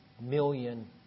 million